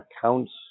accounts